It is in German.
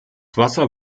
wasser